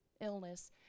illness